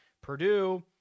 Purdue